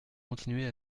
continuer